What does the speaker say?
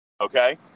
okay